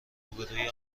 روبهروی